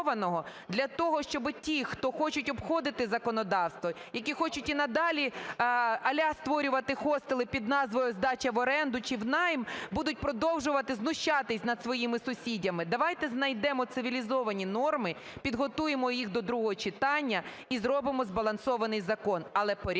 для того, щоб ті, хто хочуть обходити законодавство, які хочуть і надалі аля створювати хостели під назвою "здача в оренду (чи в найм)", будуть продовжувати знущатись над своїми сусідами. Давайте знайдемо цивілізовані норми, підготуємо їх до другого читання і зробимо збалансований закон. Але порядок